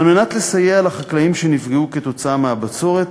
על מנת לסייע לחקלאים שנפגעו מהבצורת,